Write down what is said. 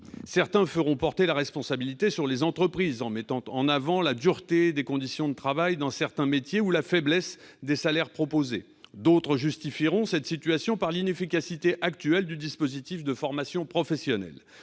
Certains feront porter la responsabilité sur les entreprises, en mettant en avant la dureté des conditions de travail dans certains métiers ou la faiblesse des salaires proposés. D'autres justifieront cette situation par l'inefficacité actuelle du dispositif de formation professionnelle.